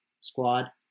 squad